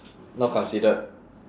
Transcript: not considered